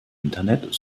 internet